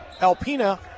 Alpina